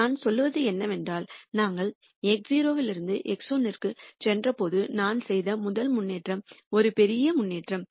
நான் சொல்வது என்னவென்றால் நாங்கள் x0 இலிருந்து x1 க்குச் சென்றபோது நான் செய்த முதல் முன்னேற்றம் ஒரு பெரிய முன்னேற்றம்